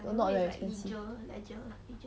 like not very expensive